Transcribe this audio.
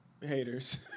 Haters